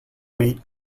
mate